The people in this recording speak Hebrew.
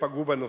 ופגעו בנוסעים.